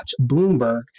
Bloomberg